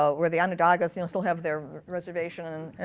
ah where the onondagas you know still have their reservation.